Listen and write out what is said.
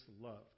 loved